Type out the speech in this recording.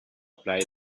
apply